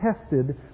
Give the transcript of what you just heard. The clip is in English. tested